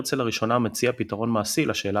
הרצל לראשונה מציע פתרון מעשי ל"שאלה